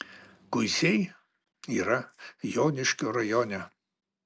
kuisiai yra joniškio rajone